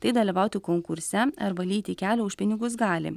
tai dalyvauti konkurse ar valyti kelią už pinigus gali